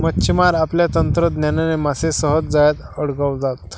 मच्छिमार आपल्या तंत्रज्ञानाने मासे सहज जाळ्यात अडकवतात